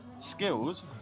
Skills